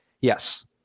Yes